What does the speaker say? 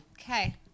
Okay